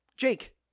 Jake